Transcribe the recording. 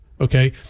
okay